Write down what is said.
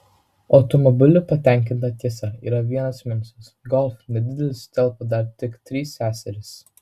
automobiliu patenkinta tiesa yra vienas minusas golf nedidelis telpa dar tik trys seserys